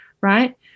right